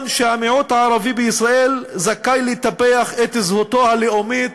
שהמיעוט הערבי בישראל זכאי לטפח את זהותו הלאומית,